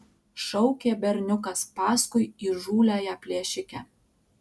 šaukė berniukas paskui įžūliąją plėšikę